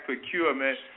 procurement